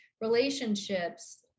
relationships